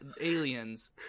aliens